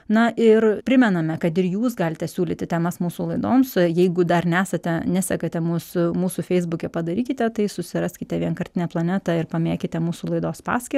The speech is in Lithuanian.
na ir primename kad ir jūs galite siūlyti temas mūsų laidoms jeigu dar nesate nesekate mūsų mūsų feisbuke padarykite tai susiraskite vienkartinę planetą ir pamėkite mūsų laidos paskyrą